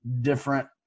different